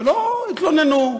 ולא התלוננו.